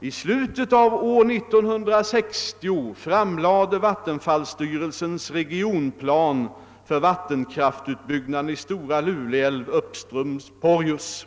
»I slutet av år 1960 framlade vattenfallsstyrelsen regionplan för vattenkraftutbyggnader i Stora Lule älv uppströms Porjus.